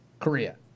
Korea